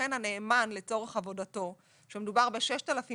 לכן הנאמן לצורך עבודתו כשמדובר ב-6,000